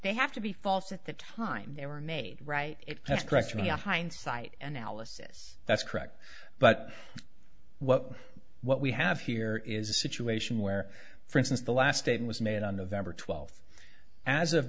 they have to be false at the time they were made right if that's correct yeah hindsight and analysis that's correct but what what we have here is a situation where for instance the last day was made on november twelfth as of